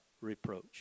reproach